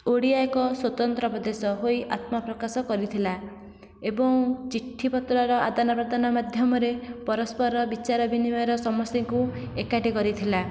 ଓଡ଼ିଆ ଏକ ସ୍ୱତନ୍ତ୍ର ପ୍ରଦେଶ ହୋଇ ଆତ୍ମପ୍ରକାଶ କରିଥିଲା ଏବଂ ଚିଠି ପତ୍ର ର ଆଦାନ ପ୍ରଦାନ ମାଧ୍ୟମରେ ପରସ୍ପର ବିଚାର ବିନିମୟର ସମସ୍ତଙ୍କୁ ଏକାଠି କରିଥିଲା